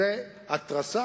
זו התרסה,